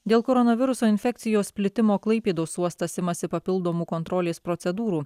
dėl koronaviruso infekcijos plitimo klaipėdos uostas imasi papildomų kontrolės procedūrų